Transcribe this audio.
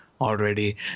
already